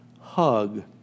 hug